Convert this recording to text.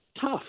tough